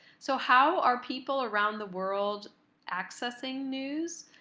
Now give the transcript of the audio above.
so how are people around the world accessing news?